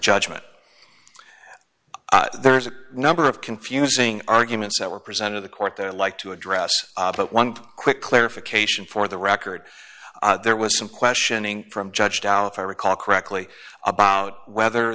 judgment there's a number of confusing arguments that were presented the court there like to address but one quick clarification for the record there was some question in from judge doubt if i recall correctly about whether